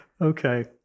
Okay